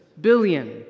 billion